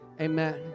amen